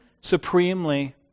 supremely